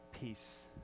peace